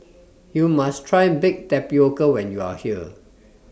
YOU must Try Baked Tapioca when YOU Are here